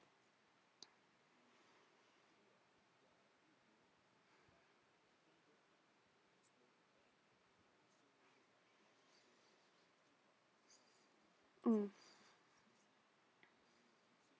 mm